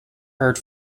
heard